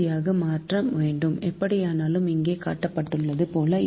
Cயாக மாற்ற வேண்டும் எப்படியானாலும் இங்கே காட்டப்பட்டுள்ளது போல ஏ